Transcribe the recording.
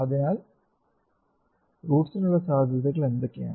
അതിനാൽ റൂട്സിനുള്ള സാധ്യതകൾ എന്തൊക്കെയാണ്